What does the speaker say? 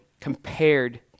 compared